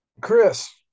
Chris